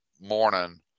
morning